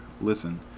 listen